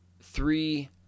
three